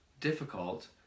difficult